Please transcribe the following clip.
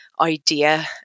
idea